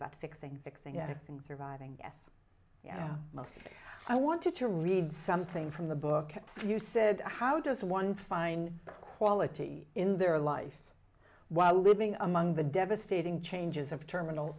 about fixing fixing anything surviving yes i wanted to read something from the book you said how does one find quality in their life while living among the devastating changes of terminal